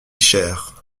cher